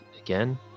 again